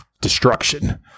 destruction